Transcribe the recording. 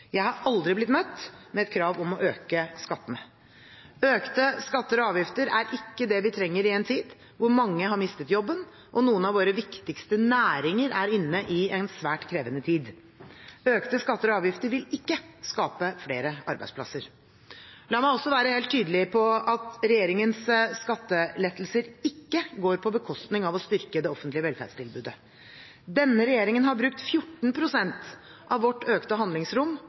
Jeg har aldri blitt møtt med et krav om å øke skattene. Økte skatter og avgifter er ikke det vi trenger i en tid hvor mange har mistet jobben og noen av våre viktigste næringer er inne i en svært krevende tid. Økte skatter og avgifter vil ikke skape flere arbeidsplasser. La meg også være helt tydelig på at regjeringens skattelettelser ikke går på bekostning av å styrke det offentlige velferdstilbudet. Denne regjeringen har brukt 14 pst. av vårt økte handlingsrom